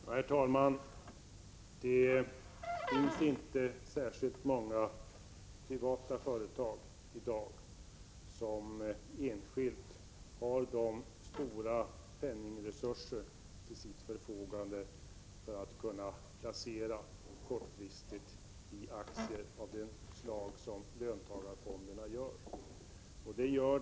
Herr talman! Det finns inte särskilt många privata företag i dag som har så stora penningresurser till sitt förfogande att de kan göra sådana kortfristiga placeringar i aktier som löntagarfonderna gör.